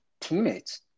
teammates